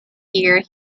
year